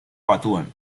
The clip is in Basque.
batuan